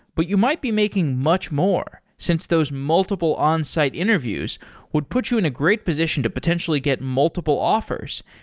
but you might be making much more since those multiple onsite interviews would put you in a great position to potentially get multiple offers,